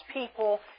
people